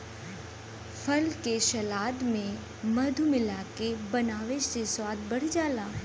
फल के सलाद में मधु मिलाके बनावे से स्वाद बढ़ जाला